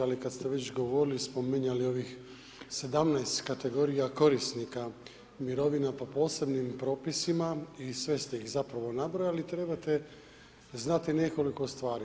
Ali kada ste već govorili, spominjali ovih 17 kategorija korisnika mirovina po posebnim propisima i sve ste ih zapravo nabrojali trebate znati nekoliko stvari.